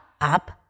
up